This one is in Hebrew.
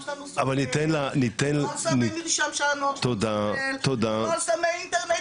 כל הנוער שלנו עם סמי אינטרנט,